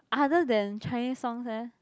other than Chinese songs eh